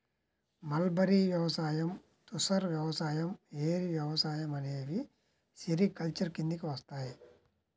mulberry వ్యవసాయం, తుసర్ వ్యవసాయం, ఏరి వ్యవసాయం అనేవి సెరికల్చర్ కిందికి వస్తాయి